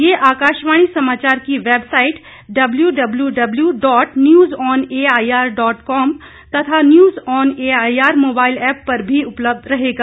ये आकाशवाणी समाचार की website W W W dot news on A I R dot com तथा news on A I R mobile app पर भी उपलब्ध रहेगा